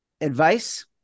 Advice